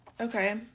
Okay